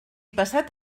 passat